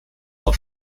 auch